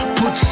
put